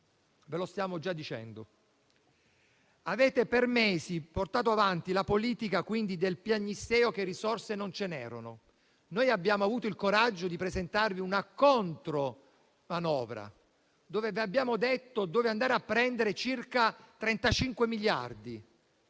Ve lo stiamo già dicendo. Avete portato avanti per mesi la politica del piagnisteo per le risorse che non c'erano. Noi abbiamo avuto il coraggio di presentarvi una contromanovra, in cui vi abbiamo detto dove andare a prendere circa 35 miliardi.